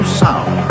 sound